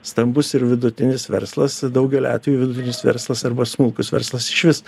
stambus ir vidutinis verslas daugeliu atvejų vidutinis verslas arba smulkus verslas išvis